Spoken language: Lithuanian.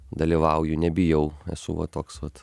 dalyvauju nebijau esu va toks vat